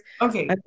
Okay